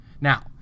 Now